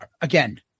again